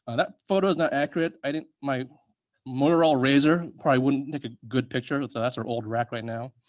and that photo's not accurate. i didn't my motorola razor probably wouldn't make a good picture, and so that's our old rack right now.